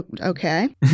Okay